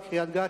קריית-גת,